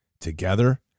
Together